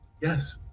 Yes